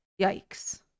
yikes